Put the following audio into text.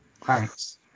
Thanks